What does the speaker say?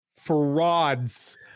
frauds